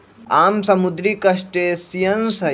आम समुद्री क्रस्टेशियंस हई